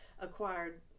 acquired